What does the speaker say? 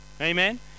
Amen